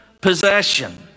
possession